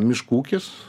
miškų ūkis